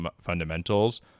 fundamentals